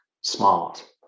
smart